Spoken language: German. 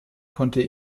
konnte